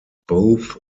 both